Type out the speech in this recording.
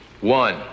One